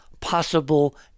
possible